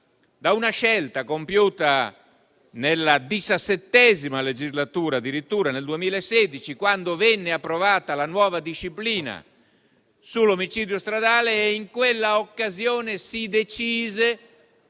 da una scelta compiuta nella XVII legislatura, addirittura nel 2016, quando venne approvata la nuova disciplina sull'omicidio stradale. In quell'occasione, il